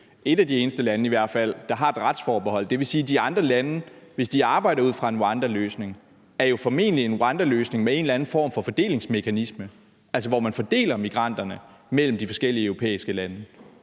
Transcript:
et af de eneste lande, der har et retsforbehold. Det vil sige, at hvis andre lande arbejder ud fra en rwandaløsning, er det formentlig en rwandaløsning med en eller anden form for fordelingsmekanisme, altså hvor man fordeler migranterne mellem de forskellige europæiske lande.